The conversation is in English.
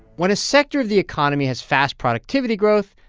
when a sector of the economy has fast productivity growth,